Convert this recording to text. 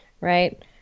right